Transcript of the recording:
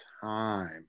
time